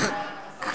יש פריבילגיה מיוחדת?